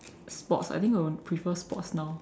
sports I think I will prefer sports now